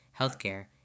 healthcare